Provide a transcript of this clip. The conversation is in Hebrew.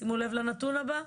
שימו לב לנתון הבא,